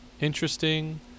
interesting